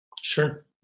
Sure